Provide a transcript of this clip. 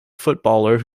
footballer